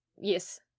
Yes